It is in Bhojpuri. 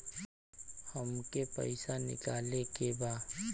हमके पैसा निकाले के बा